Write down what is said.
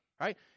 right